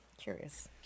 curious